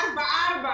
ארבעה.